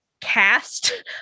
cast